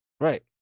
right